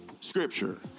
Scripture